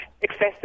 excessive